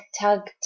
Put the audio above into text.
tug